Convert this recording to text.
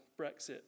Brexit